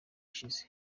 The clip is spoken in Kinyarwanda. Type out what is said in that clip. ishize